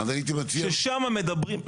ששם מדברים,